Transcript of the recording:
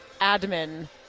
admin